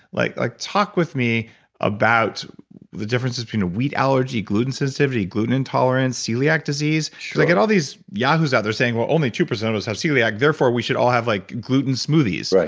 like like talk with me about the differences between a wheat allergy, gluten sensitivity, gluten intolerance celiac disease sure i got all these yahoo's out there saying, well, only two percent of us have celiac therefore, we should all have like gluten smoothies.